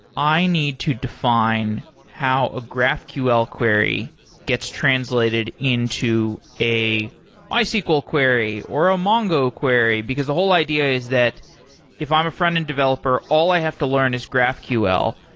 i need to define how a graphql query gets translated into a mysql query, or a mongo query, because the whole idea is that if i'm a frontend developer, all i have to learn is graphql,